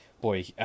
boy